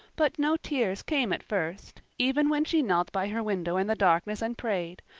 but no tears came at first, even when she knelt by her window in the darkness and prayed,